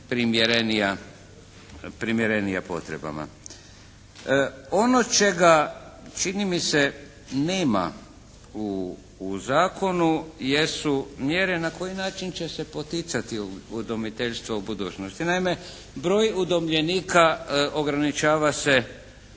primjerenija potrebama. Ono čega čini mi se nema u zakonu jesu mjere na koji način će se poticati udomiteljstvo u budućnosti. Naime, broj udomljenika ograničava se